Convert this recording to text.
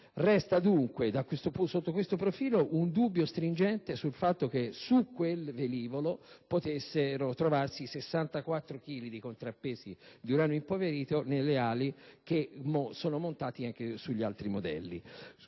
Resta, sotto questo profilo, un dubbio stringente sul fatto che su quel velivolo potessero trovarsi 64 chili di contrappesi di uranio impoverito nelle ali che sono montate anche sugli altri modelli.